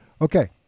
Okay